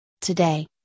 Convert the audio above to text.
Today